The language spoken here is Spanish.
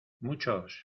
muchos